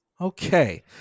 okay